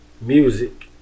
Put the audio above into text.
music